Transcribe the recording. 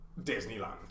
Disneyland